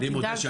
אל תדאג,